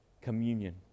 communion